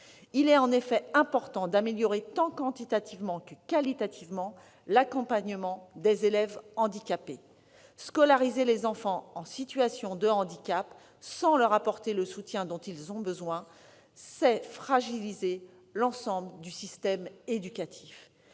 Il est en effet important d'améliorer, tant quantitativement que qualitativement, l'accompagnement des élèves handicapés. Scolariser les enfants en situation de handicap sans leur apporter le soutien dont ils ont besoin, c'est fragiliser l'ensemble du système éducatif.